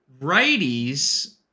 righties